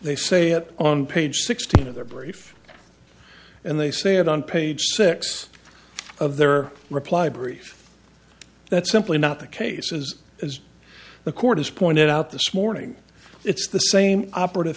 they say it on page sixteen of their brief and they say it on page six of their reply brief that's simply not the case is as the court has pointed out this morning it's the same operative